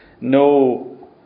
no